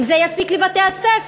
אם זה יספיק לבתי-הספר,